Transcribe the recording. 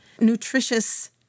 nutritious